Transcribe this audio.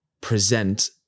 present